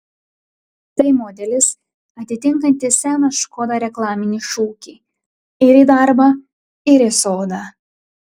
tai modelis atitinkantis seną škoda reklaminį šūkį ir į darbą ir į sodą